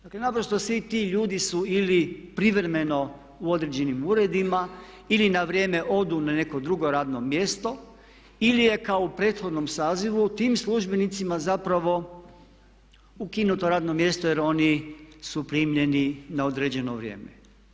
Dakle, naprosto svi ti ljudi su ili privremeno u određenim uredima ili na vrijeme odu na neko drugo radno mjesto ili je kao u prethodnom sazivu tim službenicima zapravo ukinuto radno mjesto jer oni su primljeni na određeno vrijeme.